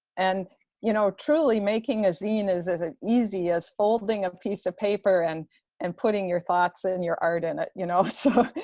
and you know, truly, making a zine is as easy as folding a piece of paper and and putting your thoughts and your art in it, you know, so